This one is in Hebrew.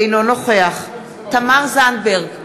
אינו נוכח תמר זנדברג,